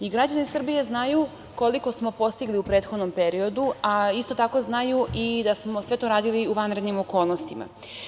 I građani Srbije znaju koliko smo postigli u prethodnom periodu, a isto tako znaju da smo sve to radili u vanrednim okolnostima.